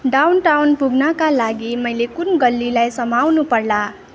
downtown पुग्नका लागि मैले कुन गल्लीलाई समाउनु पर्ला